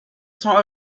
sont